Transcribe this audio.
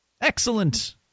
Excellent